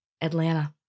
Atlanta